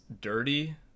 dirty